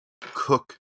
cook